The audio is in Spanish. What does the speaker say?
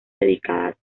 dedicadas